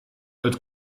het